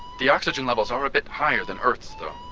the oxygen levels are a bit higher than earth's, though.